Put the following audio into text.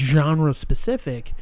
genre-specific